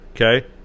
okay